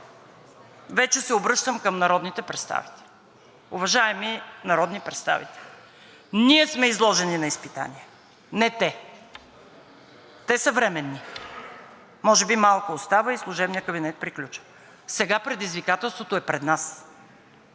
вече се обръщам към народните представители. Уважаеми народни представители! Ние сме изложени на изпитание, не те. Те са временни, може би малко остава и служебният кабинет приключва. Сега предизвикателството е пред нас.